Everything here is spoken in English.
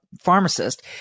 pharmacist